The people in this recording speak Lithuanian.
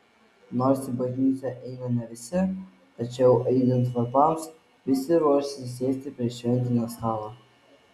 nors į bažnyčią eina ne visi tačiau aidint varpams visi ruošiasi sėsti prie šventinio stalo